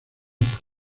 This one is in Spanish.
por